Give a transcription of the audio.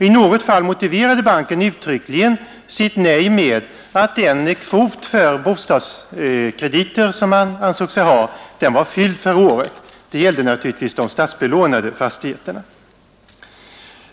I något fall motiverade banken uttryckligen sitt nej med att den kvot för bostadskrediter som man ansåg sig ha var fylld för året — det gällde naturligtvis de statsbelånade fastigheterna.